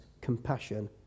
compassion